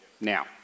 now